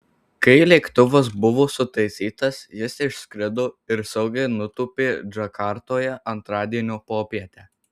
kai lėktuvas buvo sutaisytas jis išskrido ir saugiai nutūpė džakartoje antradienio popietę